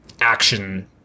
action